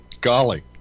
Golly